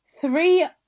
three